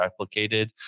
replicated